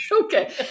okay